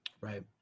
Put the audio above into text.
Right